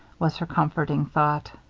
was her comforting thought.